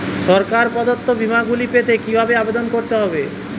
সরকার প্রদত্ত বিমা গুলি পেতে কিভাবে আবেদন করতে হবে?